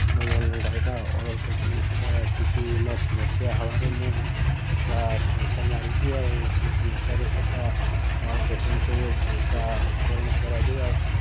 ମୁଇଁ ଯେନ୍ ଗାଈଟା ଅର୍ଡ଼ର୍ କରିଥିଲି ସେଟା କିଛି ମୋ ସମସ୍ୟା ହେବାରୁ ମୁଁ ସେଟା କ୍ୟାନ୍ସେଲ୍ ମାରୁଛି ଆର୍ କିଛି ସମସ୍ୟାରୁ ସେଟା ମୋର୍ ପେଟିଏମ୍କୁ ପଇସା ବିତରଣ କରାଯାଉ ଆର୍